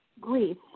grief